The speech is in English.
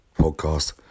podcast